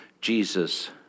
Jesus